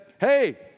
hey